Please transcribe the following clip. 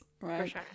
right